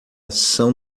são